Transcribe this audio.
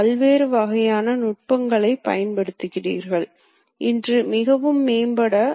எனவே குறைக்கப்பட்ட நேரத்தின் காரணமாக உற்பத்தித்திறன் மிகவும் மேம்பட்டது